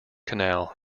canal